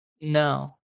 No